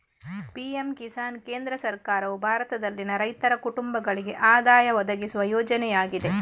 PM Kisan ಕೇಂದ್ರ ಸರ್ಕಾರವು ಭಾರತದಲ್ಲಿನ ರೈತರ ಕುಟುಂಬಗಳಿಗೆ ಆದಾಯ ಒದಗಿಸುವ ಯೋಜನೆಯಾಗಿದೆ